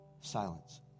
Silence